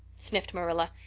sniffed marilla.